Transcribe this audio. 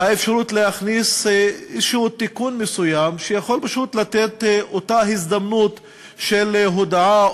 האפשרות להכניס תיקון מסוים שיכול לתת אותה הזדמנות של הודעה,